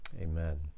Amen